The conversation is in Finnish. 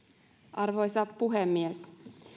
arvoisa puhemies